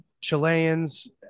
chileans